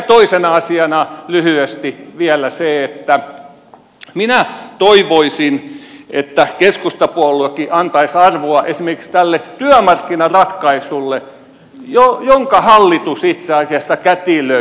toisena asiana lyhyesti vielä se että minä toivoisin että keskustapuoluekin antaisi arvoa esimerkiksi tälle työmarkkinaratkaisulle jonka hallitus itse asiassa kätilöi